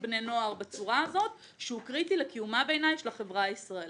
בני נוער שהוא קריטי לקיומה של החברה הישראלית.